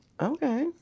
Okay